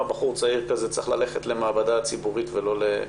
בחור צעיר כזה צריך ללכת למעבדה ציבורית ולא לפרטית?